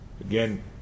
Again